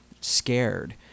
scared